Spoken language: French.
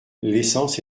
l’essence